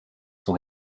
son